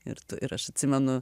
ir tu ir aš atsimenu